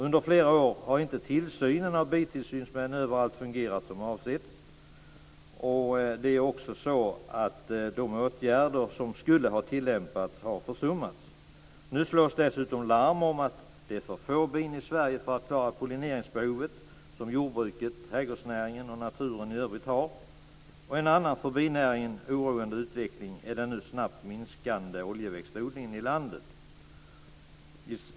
Under flera år har inte tillsynen av bitillsynsmän överallt fungerat som avsett. De åtgärder som skulle ha vidtagits har försummats. Nu slås dessutom larm om att det finns för få bin i Sverige för att klara pollineringsbehovet som jordbruket, trädgårdsnäringen och naturen i övrigt har. En annan för binäringen oroande utveckling är den nu snabbt minskande oljeväxtodlingen i landet.